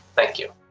thank you